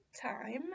time